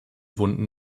wunden